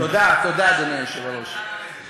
יש יושב-ראש לישיבה הזאת.